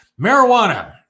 Marijuana